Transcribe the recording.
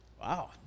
Wow